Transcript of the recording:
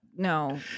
No